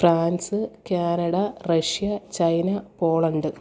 France Canada Russia China Poland